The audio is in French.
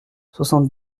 soixante